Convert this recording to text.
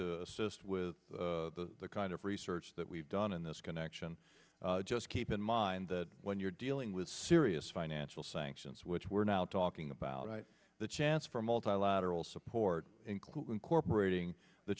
to assist with the kind of research that we've done in this connection just keep in mind that when you're dealing with serious financial sanctions which we're now talking about the chance for multilateral support include incorporating the